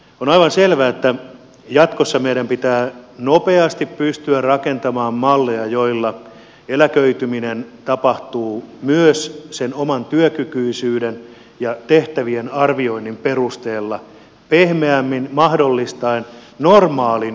on aivan selvää että jatkossa meidän pitää nopeasti pystyä rakentamaan malleja joilla eläköityminen tapahtuu myös sen oman työkykyisyyden ja tehtävien arvioinnin perusteella pehmeämmin mahdollistaen normaalin eläkkeen saamisen